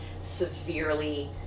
severely